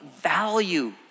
value